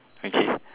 okay